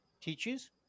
teaches